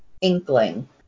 inkling